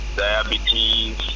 diabetes